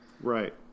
Right